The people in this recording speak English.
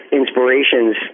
inspirations